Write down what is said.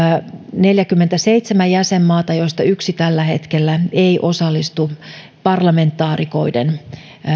neljäkymmentäseitsemän jäsenmaata joista yksi tällä hetkellä ei osallistu parlamentaarikoiden